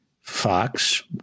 Fox